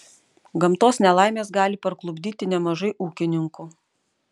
gamtos nelaimės gali parklupdyti nemažai ūkininkų